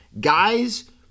Guys